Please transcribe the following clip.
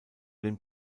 den